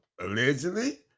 allegedly